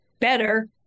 better